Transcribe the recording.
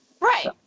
Right